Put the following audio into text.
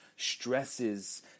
Stresses